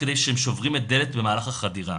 כדי שהם שוברים את הדלת במהלך החדירה.